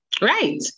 Right